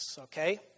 okay